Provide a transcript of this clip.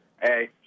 Hey